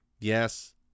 Yes